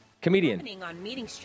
Comedian